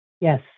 Yes